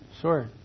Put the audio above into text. Sure